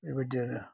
बेबायदि आरो